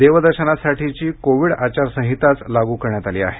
देवदर्शनासाठीची Covid आचारसंहिताच लागू करण्यात आली आहे